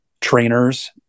trainers